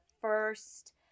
first